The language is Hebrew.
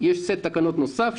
יש סט תקנות נוסף,